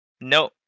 No